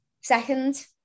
Second